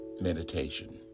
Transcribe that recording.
meditation